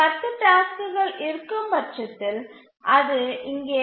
10 டாஸ்க்குகள் இருக்கும் பட்சத்தில் அது இங்கே 0